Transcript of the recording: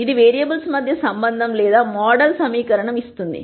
ఇది వేరియబుల్స్ మధ్య సంబంధం లేదా మోడల్ సమీకరణం ఇస్తుంది